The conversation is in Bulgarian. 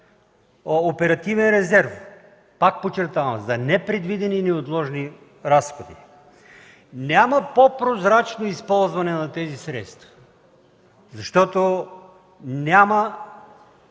оперативен резерв за непредвидени и неотложни разходи. Няма по-прозрачно използване на тези средства, защото няма